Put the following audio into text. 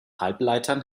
halbleitern